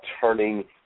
turning